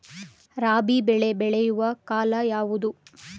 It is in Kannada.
ರಾಬಿ ಬೆಳೆ ಬೆಳೆಯುವ ಕಾಲ ಯಾವುದು?